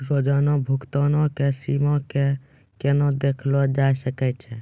रोजाना भुगतानो के सीमा के केना देखलो जाय सकै छै?